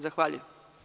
Zahvaljujem.